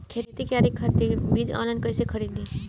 खेती करे खातिर बीज ऑनलाइन कइसे खरीदी?